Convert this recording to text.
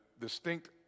distinct